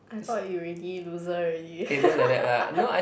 I thought you already loser already